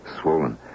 swollen